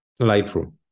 Lightroom